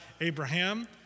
Abraham